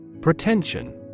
Pretension